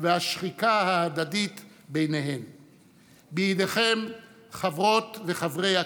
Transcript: צמצום וסגירת פערים חברתיים,